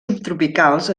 subtropicals